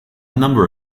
number